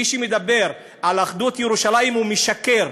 מי שמדבר על אחדות ירושלים משקר.